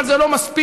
אבל זה לא מספיק,